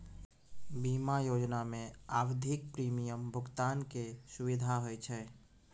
बीमा योजना मे आवधिक प्रीमियम भुगतान के सुविधा होय छै